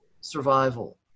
survival